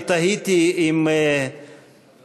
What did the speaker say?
אני תהיתי אם להעיר,